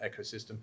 ecosystem